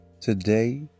Today